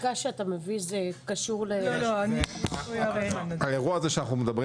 החקיקה שאתה מביא זה קשור --- האירוע שאנחנו מדברים